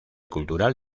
cultural